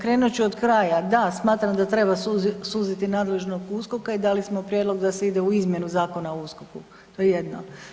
Krenut ću od kraja, da smatram da treba suziti nadležnost USKOK-a i dali smo prijedlog da se ide u izmjenu Zakona o USKOK-u, to je jedno.